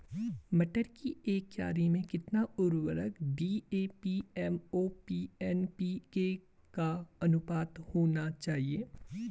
मटर की एक क्यारी में कितना उर्वरक डी.ए.पी एम.ओ.पी एन.पी.के का अनुपात होना चाहिए?